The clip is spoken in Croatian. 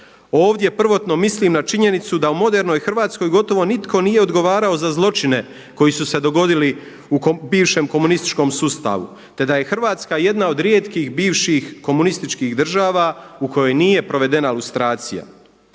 Ovdje prvotno mislim na činjenicu da u modernoj Hrvatskoj gotovo nitko nije odgovarao za zločine koji su se dogodili u bivšem komunističkom sustavu, te da je Hrvatska jedna od rijetkih bivših komunističkih država u kojoj nije provedena lustracija.